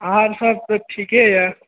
आर सब तऽ ठीके यऽ